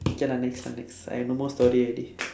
okay lah next lah next I no more story already